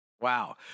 Wow